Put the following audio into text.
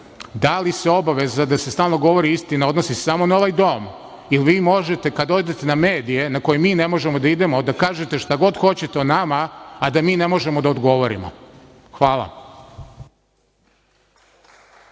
da li se obaveza da se stalno govori istina odnosi samo na ovaj dom ili vi možete kada odete na medije na koje mi ne možemo da idemo da kažete šta god hoćete o nama, a da mi ne možemo da odgovorimo? Hvala.